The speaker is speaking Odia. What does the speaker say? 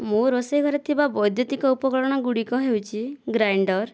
ମୋ ରୋଷେଇ ଘରେ ଥିବା ବୈଦ୍ୟୁତିକ ଉପକରଣ ଗୁଡ଼ିକ ହେଉଛି ଗ୍ରାଇଣ୍ଡର